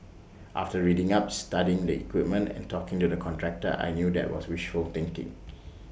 after reading up studying the equipment and talking to the contractor I knew that was wishful thinking